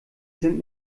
sind